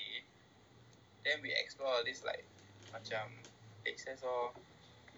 then we explore these like macam make sense lor